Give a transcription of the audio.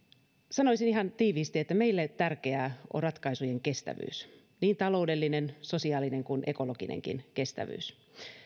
sanoisin ihan tiiviisti että meille tärkeää on ratkaisujen kestävyys niin taloudellinen sosiaalinen kuin ekologinenkin kestävyys